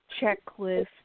checklist